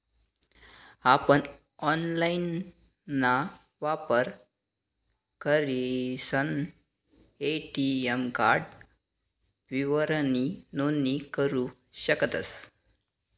आपण ऑनलाइनना वापर करीसन ए.टी.एम कार्ड विवरणनी नोंदणी करू शकतस